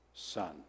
Son